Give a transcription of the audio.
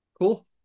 Cool